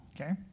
Okay